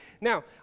Now